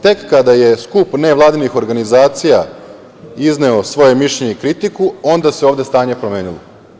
Tek kada je skup nevladinih organizacija izneo svoje mišljenje i kritiku, onda se ovde stanje promenilo.